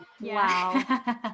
Wow